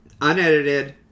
unedited